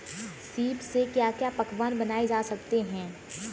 सीप से क्या क्या पकवान बनाए जा सकते हैं?